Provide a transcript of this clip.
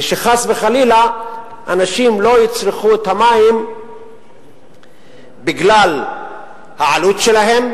וחס וחלילה שאנשים לא יצרכו את המים בגלל העלות שלהם,